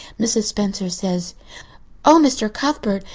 mrs. spencer says oh, mr. cuthbert!